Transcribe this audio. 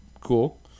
cool